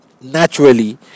naturally